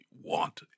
want